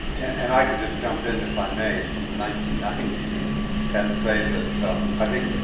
and i can just jump in, if i may, from the nineteen ninety s and say that i think,